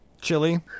Chili